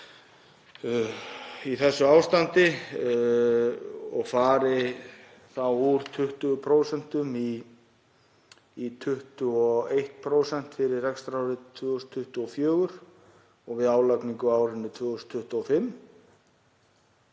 í þessu ástandi, að hann fari úr 20% í 21% fyrir rekstrarárið 2024 og við álagningu á árinu 2025.